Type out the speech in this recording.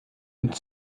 und